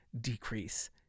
decrease